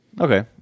okay